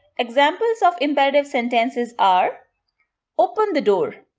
examples of imperative sentences are open the door.